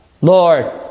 Lord